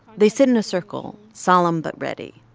they sit in a circle, solemn but ready.